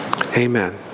Amen